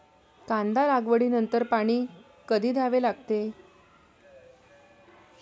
कांदा लागवडी नंतर पाणी कधी द्यावे लागते?